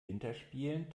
winterspielen